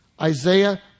Isaiah